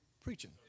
preaching